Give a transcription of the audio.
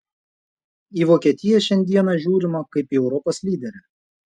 į vokietiją šiandieną žiūrima kaip į europos lyderę